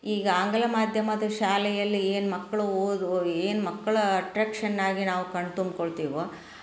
ಈಗ ಆಂಗ್ಲ ಮಾಧ್ಯಮದ ಶಾಲೆಯಲ್ಲಿ ಏನು ಮಕ್ಕಳು ಓದು ಏನು ಮಕ್ಕಳ ಅಟ್ರೆಕ್ಷನ್ ಆಗಿ ನಾವು ಕಣ್ಣು ತುಂಬಿಕೊಳ್ತೀವೊ